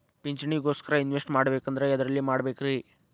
ಪಿಂಚಣಿ ಗೋಸ್ಕರ ಇನ್ವೆಸ್ಟ್ ಮಾಡಬೇಕಂದ್ರ ಎದರಲ್ಲಿ ಮಾಡ್ಬೇಕ್ರಿ?